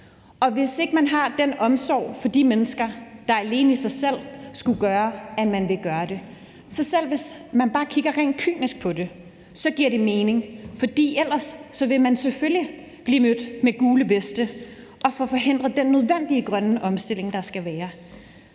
hvis ikke man har den omsorg for de mennesker, der alene i sig selv skulle gøre, at man ville gøre det, og man bare kigger rent kynisk på det, giver det mening, for ellers vil man selvfølgelig blive mødt med gule veste og få forhindret den nødvendige grønne omstilling, der skal være.